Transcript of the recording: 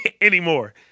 anymore